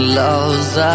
loves